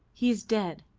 he is dead,